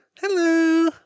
Hello